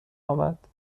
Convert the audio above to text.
آمد